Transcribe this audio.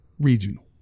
Regional